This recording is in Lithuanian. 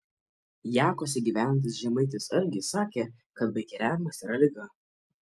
jakuose gyvenantis žemaitis algis sakė kad baikeriavimas yra liga